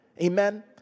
Amen